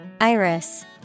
Iris